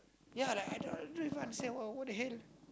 ya like I don't don't even understand what what the hell